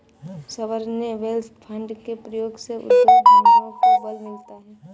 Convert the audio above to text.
sovereign wealth fund के प्रयोग से उद्योग धंधों को बल मिलता है